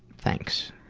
thanks.